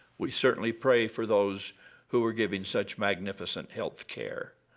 we certainly pray for those who are giving such magnificent health care.